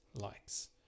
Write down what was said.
likes